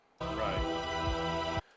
Right